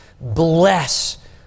bless